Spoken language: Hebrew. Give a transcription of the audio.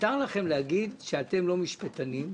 מותר לכם להגיד שאתם לא משפטנים,